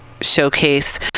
showcase